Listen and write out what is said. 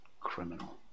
criminal